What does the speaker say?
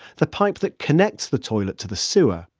the pipe that connects the toilet to the sewer,